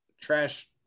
trash